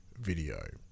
video